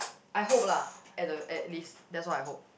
I hope lah at the at least that's what I hope